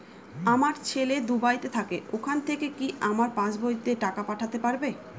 আমার ছেলে দুবাইতে থাকে ওখান থেকে কি আমার পাসবইতে টাকা পাঠাতে পারবে?